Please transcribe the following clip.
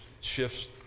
shifts